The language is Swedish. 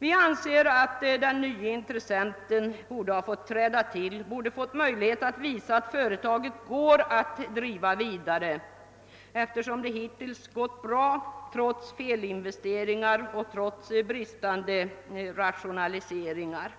Vi anser att den nye intressenten borde ha fått träda till och givits möjligheter att visa att företaget kan drivas vidare. Företaget har ju hittills gått bra trots felinvesteringar och brist på rationaliseringsåtgärder.